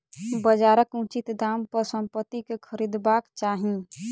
बजारक उचित दाम पर संपत्ति के खरीदबाक चाही